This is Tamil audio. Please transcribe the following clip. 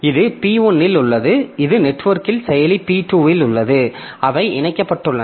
இது P1 இல் உள்ளது இது நெட்வொர்க்கில் செயலி P2 இல் உள்ளது அவை இணைக்கப்பட்டுள்ளன